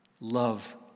Love